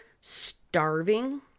starving